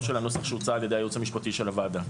של הנוסח שהוצע על ידי הייעוץ המשפטי לוועדה.